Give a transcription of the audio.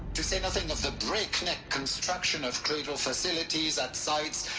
to say nothing of the breakneck construction of cradle facilities at sites.